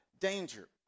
danger